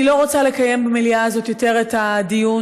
אני לא רוצה לקיים במליאה הזאת יותר את הדיון,